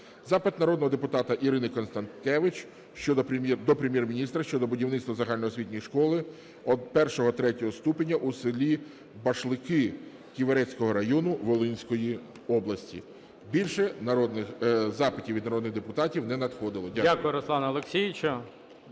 Запит народного депутата Ірини Констанкевич до Прем'єр-міністра України щодо будівництва загальноосвітньої школи I-III ступеня у селі Башлики Ківерцівського району Волинської області. Більше запитів від народних депутатів не надходило. Дякую.